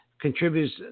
contributes